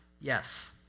yes